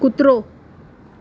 કૂતરો